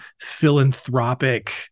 philanthropic